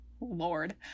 lord